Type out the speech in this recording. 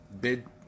Bid